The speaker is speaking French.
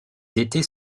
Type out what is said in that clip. étés